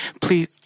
please